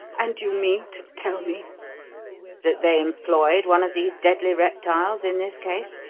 and you mean to tell me that they employed one of these deadly reptiles in this case?